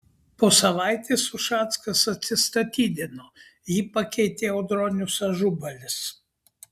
po savaitės ušackas atsistatydino jį pakeitė audronius ažubalis